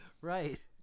Right